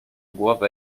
głowę